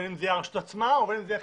או הרשות עצמה.